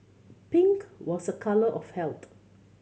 pink was a colour of health